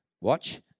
watch